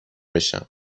بشم